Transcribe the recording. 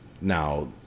now